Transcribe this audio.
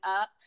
up